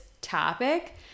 topic